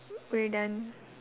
we're done